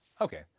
okay